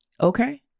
Okay